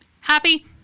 Happy